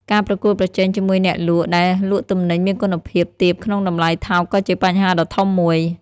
ការប្រកួតប្រជែងជាមួយអ្នកលក់ដែលលក់ទំនិញមានគុណភាពទាបក្នុងតម្លៃថោកក៏ជាបញ្ហាដ៏ធំមួយ។